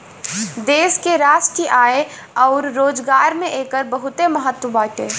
देश के राष्ट्रीय आय अउर रोजगार में एकर बहुते महत्व बाटे